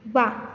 वाह